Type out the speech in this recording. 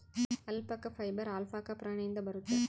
alpaca fibre alpaca ಪ್ರಾಣಿಯಿಂದ ಬರುತ್ತೆ